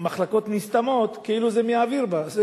מחלקות נסתמות, כאילו זה מהאוויר בא.